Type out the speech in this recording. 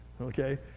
Okay